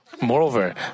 Moreover